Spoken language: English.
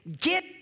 Get